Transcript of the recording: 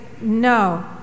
no